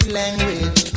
language